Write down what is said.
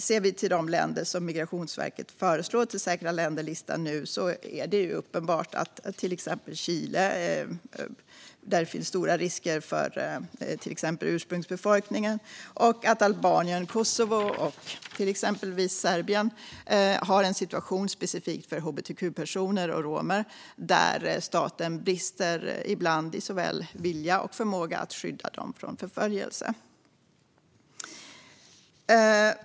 Ser vi till de länder som Migrationsverket nu föreslår till säkra länder-listan är det uppenbart att det i till exempel Chile finns stora risker för ursprungsbefolkningen och att Albanien, Kosovo och Serbien har en situation för specifikt hbtq-personer och romer där staten ibland brister i såväl vilja som förmåga att skydda dem från förföljelse.